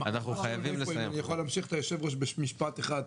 אם אני יכול להמשיך את היושב-ראש במשפט אחד,